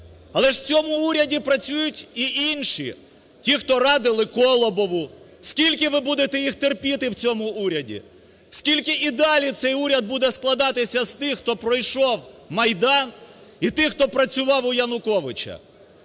Але ж в цьому уряді працюють і інші - ті, хто радили Колобову. Скільки ви будете їх терпіти в цьому уряді?! Скільки і далі цей уряд буде складатися з тих, хто пройшов Майдан, і тих, хто працював у Януковича?!